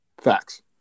Facts